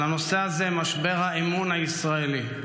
על הנושא הזה, משבר האמון הישראלי,